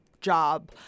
job